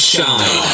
Shine